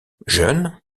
jeune